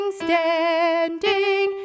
standing